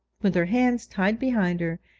with her hands tied behind her,